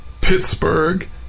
Pittsburgh